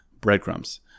breadcrumbs